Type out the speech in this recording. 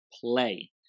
play